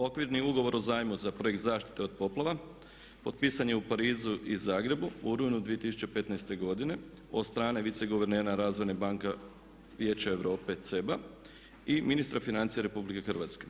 Okvirni ugovor o zajmu za Projekt zaštite od poplava potpisan je u Parizu i Zagrebu u rujnu 2015. godine od strane viceguvernera Razvojne banke Vijeća Europe CEBA i ministra financija RH.